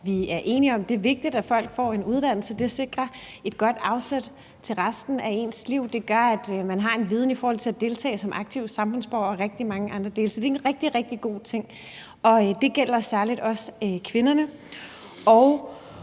vi er enige om, at det er vigtigt, at folk får en uddannelse. Det sikrer et godt afsæt for resten af ens liv. Det gør, at man har en viden, så man kan deltage som aktiv samfundsborger – og rigtig mange andre ting. Så det er en rigtig, rigtig god ting. Det gælder særligt også for kvinderne. Kan